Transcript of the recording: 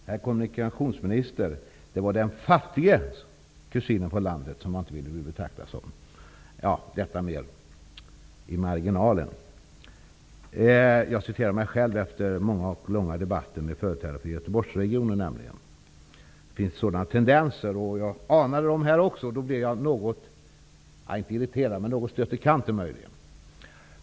Herr talman! Herr kommunikationsminister, det var den fattige kusinen från landet som jag inte ville bli betraktad som. Detta sagt i marginalen. Jag citerar mig själv efter många och långa debatter med företrädare för Göteborgsregionen. Det finns nämligen sådana tendenser där, och jag anade sådana även här och då blev jag något stött i kanten.